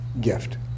gift